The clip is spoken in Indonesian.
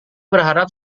berharap